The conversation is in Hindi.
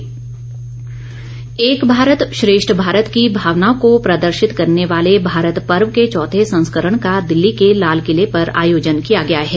भारत पर्व एक भारत श्रेष्ठ भारत की भावना को प्रदर्शित करने वाले भारत पर्व के चौथे संस्करण का दिल्ली के लालकिले पर आयोजन किया गया है